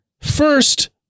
First